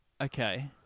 Okay